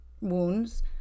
wounds